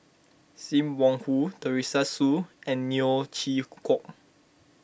Sim Wong Hoo Teresa Hsu and Neo Chwee Kok